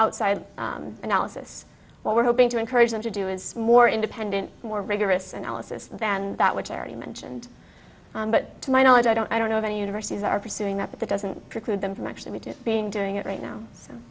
outside analysis but we're hoping to encourage them to do is more independent more rigorous analysis than that which i already mentioned but to my knowledge i don't i don't know of any universities are pursuing that but that doesn't preclude them from actually just being doing it right now so